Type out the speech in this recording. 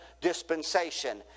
dispensation